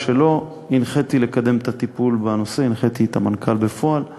על הסירוב העיקש של הממשלה לקדם פתרונות של דיור בר-השגה בחקיקה.